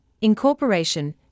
Incorporation